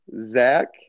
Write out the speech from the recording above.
Zach